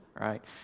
right